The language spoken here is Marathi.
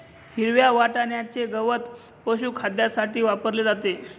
हिरव्या वाटण्याचे गवत पशुखाद्यासाठी वापरले जाते